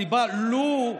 לו,